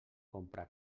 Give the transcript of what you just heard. comprar